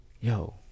Yo